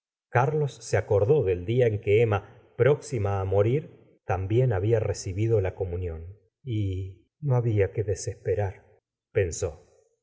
carlos se acordó del dia en que emma próxima á morir también había recibido la comunión y no babia que desesperar pensó